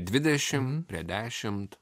dvidešim prie dešimt